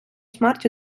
смерть